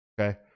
Okay